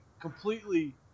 completely